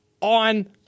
on